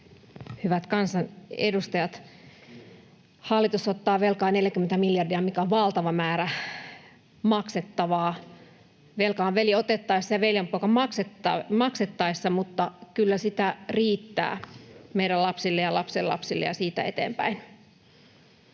Hyvät kansanedustajat! Hallitus ottaa velkaa 40 miljardia, mikä on valtava määrä maksettavaa. Velka on veli otettaessa ja veljenpoika maksettaessa, mutta kyllä sitä riittää meidän lapsille ja lapsenlapsille ja siitä eteenpäin.